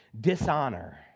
dishonor